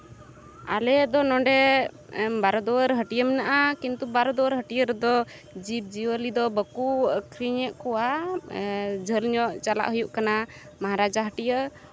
ᱟᱞᱮᱫᱚ ᱱᱚᱸᱰᱮ ᱵᱟᱨᱚ ᱫᱩᱣᱟᱹᱨ ᱦᱟᱹᱴᱤᱭᱟᱹ ᱢᱮᱱᱟᱜᱼᱟ ᱠᱤᱱᱛᱩ ᱵᱟᱨᱚ ᱫᱩᱣᱟᱹᱨ ᱦᱟᱹᱴᱤᱭᱟᱹ ᱨᱮᱫᱚ ᱡᱤᱵᱽᱼᱡᱤᱭᱟᱹᱞᱤ ᱫᱚ ᱵᱟᱠᱚ ᱟᱹᱠᱷᱨᱤᱧᱮᱫ ᱠᱚᱣᱟ ᱡᱷᱟᱹᱞ ᱧᱚᱜ ᱪᱟᱞᱟᱜ ᱦᱩᱭᱩᱜ ᱠᱟᱱᱟ ᱢᱚᱦᱟᱨᱟᱡᱟ ᱦᱟᱹᱴᱤᱭᱟᱹ